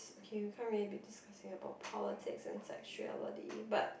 okay we can't really be discussing about politics and sexuality but